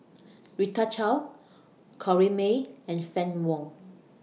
Rita Chao Corrinne May and Fann Wong